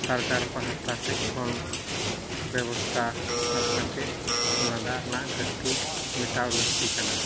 ᱥᱚᱨᱠᱟᱨ ᱯᱟᱦᱚᱴᱟ ᱥᱮᱫᱠᱷᱚᱱ ᱵᱮᱵᱚᱥᱛᱟ ᱦᱟᱛᱟᱣ ᱠᱟᱛᱮᱫ ᱚᱱᱟ ᱫᱟᱜ ᱨᱮᱱᱟᱜ ᱜᱷᱟᱹᱴᱛᱤ ᱢᱮᱴᱟᱣ ᱞᱟᱹᱠᱛᱤ ᱠᱟᱱᱟ